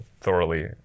thoroughly